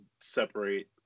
separate